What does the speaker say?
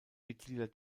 mitglieder